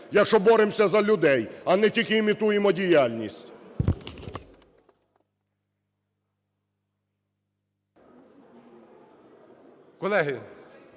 якщо боремося за людей, а не тільки імітуємо діяльність.